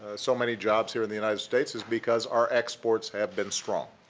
ah so many jobs here in the united states is because our exports have been strong.